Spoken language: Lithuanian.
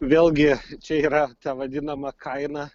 vėlgi čia yra ta vadinama kaina